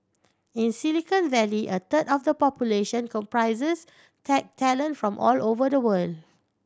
in Silicon Valley a third of the population comprises tech talent from all over the world